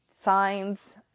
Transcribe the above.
signs